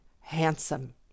handsome